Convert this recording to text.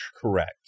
Correct